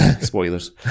Spoilers